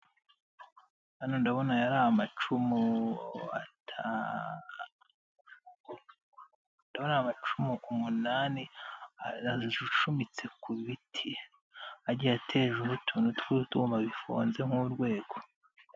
Hano ndabona aya ari amacumu ataa, ndabona ari amacumu umunani ashumitse ku biti, agi atejweho utuntu tw'utwuma bifunze nk'urwego.